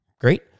Great